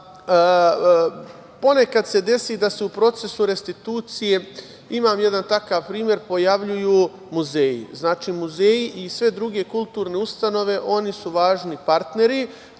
ponekad desi da se u procesu restitucije, imam jedan takav primer, pojavljuju muzeji. Znači, muzeji i sve druge kulturne ustanove, oni su važni partneri,